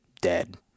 dead